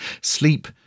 Sleep